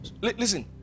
listen